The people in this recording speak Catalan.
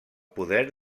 poder